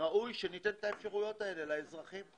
ראוי שניתן את האפשרויות האלו לאזרחים.